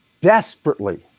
desperately